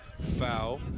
foul